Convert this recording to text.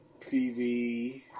PV